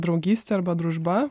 draugystė arba družba